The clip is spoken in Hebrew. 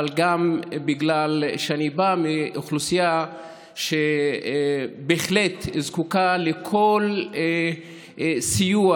אבל גם בגלל שאני בא מאוכלוסייה שבהחלט זקוקה לכל סיוע